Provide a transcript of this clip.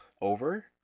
over